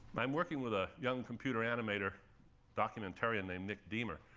i'm working with a young computer-animator documentarian named nick deamer,